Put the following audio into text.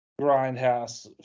grindhouse